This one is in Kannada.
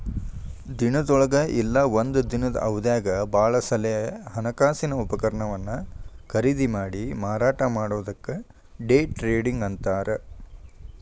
ದಿನದೊಳಗ ಇಲ್ಲಾ ಒಂದ ದಿನದ್ ಅವಧ್ಯಾಗ್ ಭಾಳ ಸಲೆ ಹಣಕಾಸಿನ ಉಪಕರಣವನ್ನ ಖರೇದಿಮಾಡಿ ಮಾರಾಟ ಮಾಡೊದಕ್ಕ ಡೆ ಟ್ರೇಡಿಂಗ್ ಅಂತಾರ್